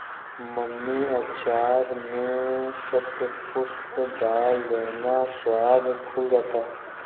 mummy अचार में शतपुष्प डाल देना, स्वाद खुल जाता है